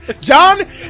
John